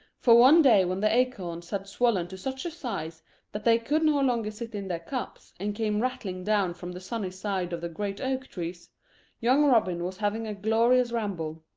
for one day when the acorns had swollen to such a size that they could no longer sit in their cups, and came rattling down from the sunny side of the great oak-trees, young robin was having a glorious ramble.